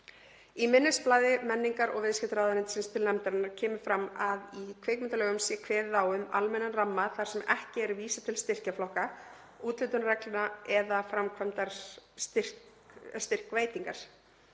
Í minnisblaði menningar- og viðskiptaráðuneytisins til nefndarinnar kemur fram að í kvikmyndalögum sé kveðið á um almennan ramma þar sem ekki er vísað til styrkjaflokka, úthlutunarreglna eða framkvæmdar styrkveitingar.